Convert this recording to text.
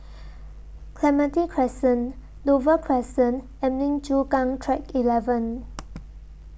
Clementi Crescent Dover Crescent and Lim Chu Kang Track eleven